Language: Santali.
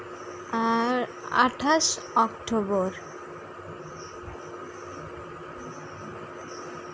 ᱟᱨ ᱟᱴᱷᱟᱥ ᱚᱠᱴᱳᱵᱚᱨ